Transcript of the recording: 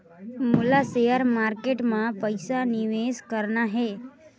मोला share market मां पइसा निवेश करना हे?